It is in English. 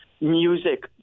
music